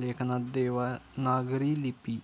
लेखनात देवनागरी लिपी